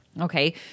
okay